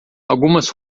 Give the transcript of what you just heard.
algumas